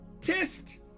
test